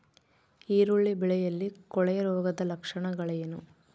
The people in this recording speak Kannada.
ಈರುಳ್ಳಿ ಬೆಳೆಯಲ್ಲಿ ಕೊಳೆರೋಗದ ಲಕ್ಷಣಗಳೇನು?